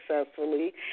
successfully